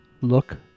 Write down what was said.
Look